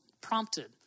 prompted